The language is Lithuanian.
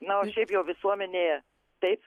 na o šiaip jau visuomenėje taip